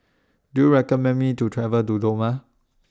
Do YOU recommend Me to travel to Dodoma